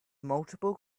multiple